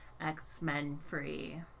X-Men-free